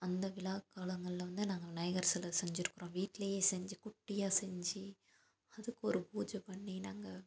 அந்த விழா காலங்களில் வந்து நாங்கள் விநாயகர் சிலை செஞ்சுருக்கறோம் வீட்டிலையே செஞ்சு குட்டியாக செஞ்சு அதுக்கு ஒரு பூஜை பண்ணி நாங்கள்